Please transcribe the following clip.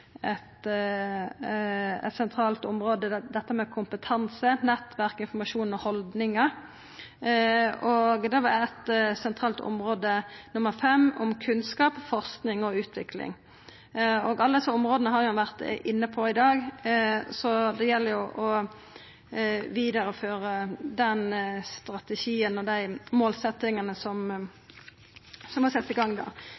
eit sentralt område. Eit sentralt område – det femte – var kunnskap, forsking og utvikling. Alle desse områda har vi vore inne på i dag, så det gjeld å vidareføra den strategien og dei målsetjingane som